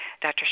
Dr